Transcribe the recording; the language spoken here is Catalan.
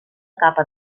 capa